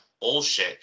bullshit